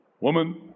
woman